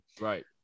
Right